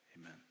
Amen